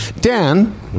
Dan